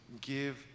give